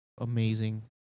Amazing